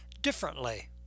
differently